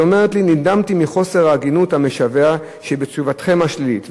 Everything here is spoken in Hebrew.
היא אומרת: נדהמתי מחוסר ההגינות המשווע שבתשובתכם השלילית.